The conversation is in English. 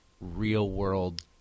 real-world